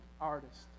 artist